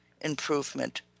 improvement